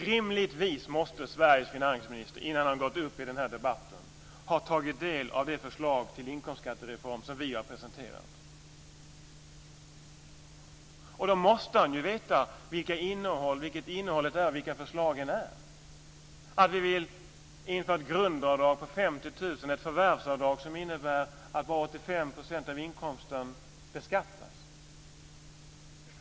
Rimligtvis måste Sveriges finansminister innan han gick upp i den här debatten ha tagit del av det förslag till inkomstskattereform som vi har presenterat, och då måste han ju veta vilket innehållet är och vilka förslagen är. Han måste veta att vi vill införa ett grundavdrag på 50 000 och ett förvärvsavdrag som innebär att bara 85 % av inkomsten beskattas.